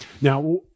Now